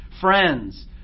friends